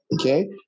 Okay